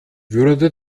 würde